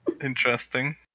Interesting